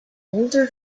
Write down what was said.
older